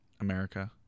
America